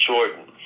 Jordan